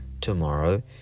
tomorrow